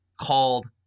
called